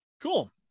cool